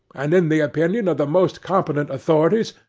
and, in the opinion of the most competent authorities,